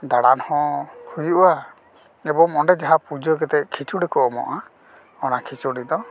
ᱫᱟᱬᱟᱱ ᱦᱚᱸ ᱦᱩᱭᱩᱜᱼᱟ ᱮᱵᱚᱝ ᱚᱸᱰᱮ ᱡᱟᱦᱟᱸ ᱯᱩᱡᱟᱹ ᱠᱟᱛᱮ ᱡᱟᱦᱟᱸ ᱠᱷᱤᱪᱩᱲᱤ ᱠᱚ ᱮᱢᱚᱜᱼᱟ ᱚᱱᱟ ᱠᱷᱤᱪᱩᱲᱤ ᱫᱚ